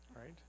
Right